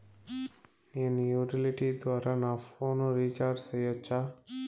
నేను యుటిలిటీ ద్వారా నా ఫోను రీచార్జి సేయొచ్చా?